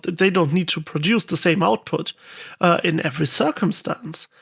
they don't need to produce the same output in every circumstance.